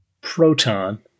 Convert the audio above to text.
Proton